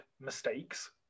mistakes